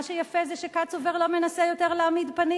מה שיפה זה שקצובר לא מנסה יותר להעמיד פנים.